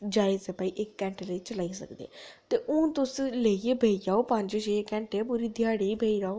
जायज ऐ भाई इक घैंटे लेई चलाई सकदे ते हून तुस लेइयै बेही जाओ पंज छे घैंटे पूरी ध्याड़ी बेही र'वो